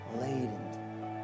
laden